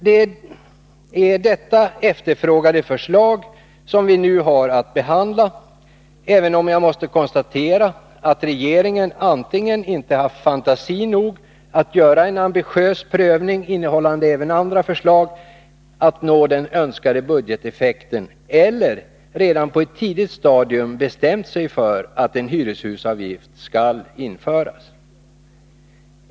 Det är detta efterfrågade förslag vi nu har att behandla, även om jag måste konstatera att regeringen antingen inte haft fantasi nog att göra en ambitiös prövning, innehållande även andra förslag om hur man skulle kunna uppnå den önskade budgeteffekten, eller redan på ett tidigt stadium bestämt sig för att en hyreshusavgift skall införas.